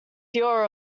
fewer